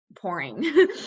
pouring